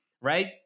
right